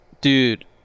Dude